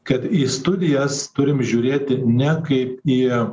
kad į studijas turim žiūrėti ne kaip į